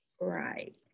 right